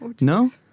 no